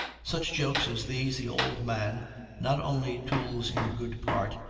such jokes as these the old man not only tools in good part,